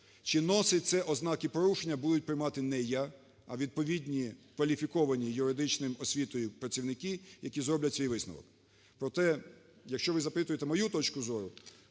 Чи носить це ознаки порушення, будуть приймати не я, а відповідні кваліфіковані з юридичною освітою працівники, які зроблять свій висновок. Проте, якщо ви запитуєте мою точку зору,